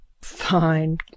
Fine